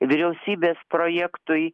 vyriausybės projektui